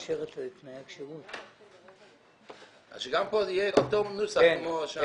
אני מבקש שגם כאן יהיה אותו נוסח כמו שם.